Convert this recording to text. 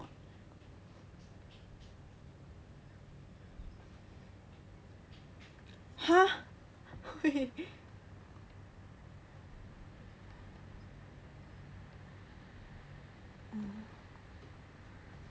!huh! wait